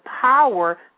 power